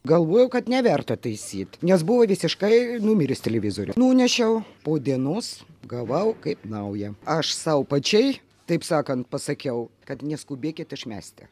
galvojau kad neverta taisyt nes buvo visiškai numiręs televizorius nunešiau po dienos gavau kaip naują aš sau pačiai taip sakant pasakiau kad neskubėkit išmesti